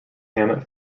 hamlet